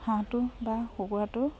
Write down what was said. হাঁহটো বা কুকুৰাটো